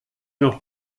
noch